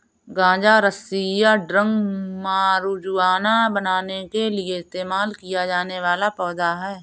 गांजा रस्सी या ड्रग मारिजुआना बनाने के लिए इस्तेमाल किया जाने वाला पौधा है